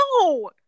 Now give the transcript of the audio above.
no